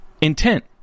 intent